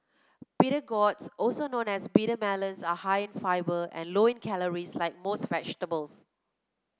bitter gourds also known as bitter melons are high in fibre and low in calories like most vegetables